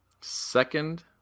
Second